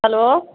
hello